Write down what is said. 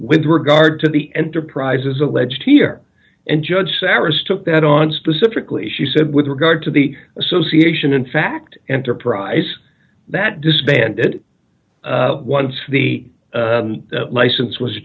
with regard to the enterprises alleged here and judge sarus took that on specifically she said with regard to the association in fact enterprise that disbanded once the license was